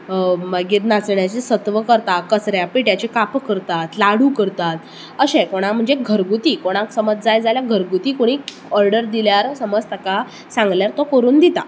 मागीर नाचण्याचे सत्व करता कचऱ्यापिट्यांची कापां करतात लाडू करता करताता अशे म्हणजे घरगुती कोणाक समज जाय जाल्याक घरगूती ऑर्डर दिल्यार समज ताका सांगल्यार तो करून दिता